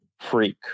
freak